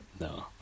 no